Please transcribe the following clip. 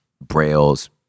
braille's